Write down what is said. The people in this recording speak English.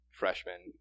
freshman